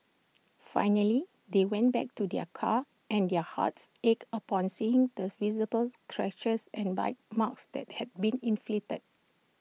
finally they went back to their car and their hearts ached upon seeing the visible scratches and bite marks that had been inflicted